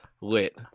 lit